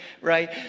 right